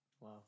Wow